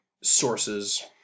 sources